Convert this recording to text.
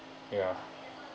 ya